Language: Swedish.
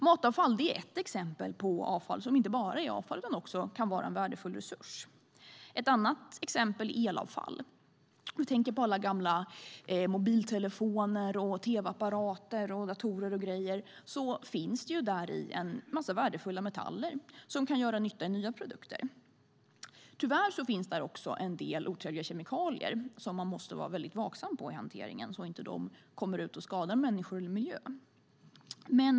Matavfall är ett exempel på avfall som inte bara är avfall utan också kan vara en värdefull resurs. Elavfall är ett annat exempel. I gamla mobiltelefoner, tv-apparater och datorer finns det en massa värdefulla metaller som kan göra nytta i nya produkter. Tyvärr finns där också en del otrevliga kemikalier som man måste vara vaksam på i hanteringen så att de inte skadar människor och miljö.